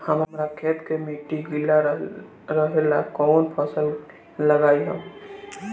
हमरा खेत के मिट्टी गीला रहेला कवन फसल लगाई हम?